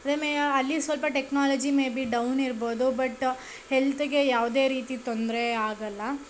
ಅಲ್ಲಿ ಸ್ವಲ್ಪ technology maybe down ಇರ್ಬೋದು ಬಟ್ ಹೆಲ್ತ್ಗೆ ಯಾವುದೇ ರೀತಿ ತೊಂದರೆ ಆಗೋಲ್ಲ